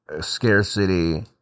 scarcity